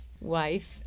wife